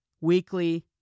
weekly